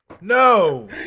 no